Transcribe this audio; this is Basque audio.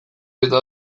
eta